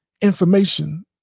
information